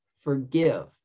forgive